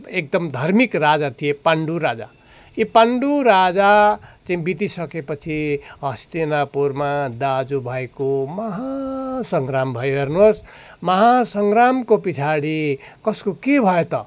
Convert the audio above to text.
एकदम धार्मिक राजा थिए पाण्डु राजा यी पाण्डु राजा चाहिँ बितिसकेपछि हस्तिनापुरमा दाजुभाइको महासङ्ग्राम भयो हेर्नुहोस् महासङ्ग्रामको पछाडि कसको के भयो त